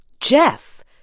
Jeff